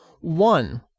One